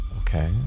Okay